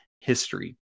history